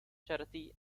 charity